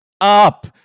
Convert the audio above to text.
up